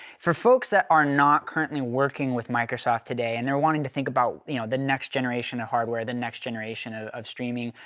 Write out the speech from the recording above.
for folks that are not currently working with microsoft today and they're wanting to think about you know the next generation of hardware, the next generation of of streaming,